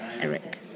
Eric